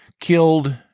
killed